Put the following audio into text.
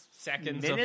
seconds